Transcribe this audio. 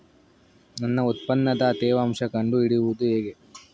ನನ್ನ ಉತ್ಪನ್ನದ ತೇವಾಂಶ ಕಂಡು ಹಿಡಿಯುವುದು ಹೇಗೆ?